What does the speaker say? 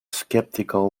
skeptical